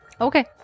Okay